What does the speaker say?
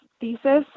thesis